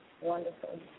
Wonderful